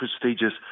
prestigious